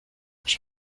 she